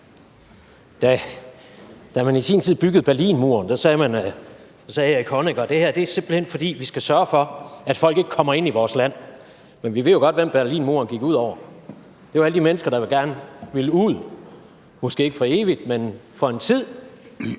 Da man i sin tid byggede Berlinmuren, sagde Erich Honecker: Det er simpelt hen, fordi vi skal sørge for, at folk ikke kommer ind i vores land. Men vi ved jo godt, hvem Berlinmuren gik ud over – det var alle de mennesker, der gerne ville ud, måske ikke for evigt, men for en tid.